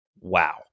Wow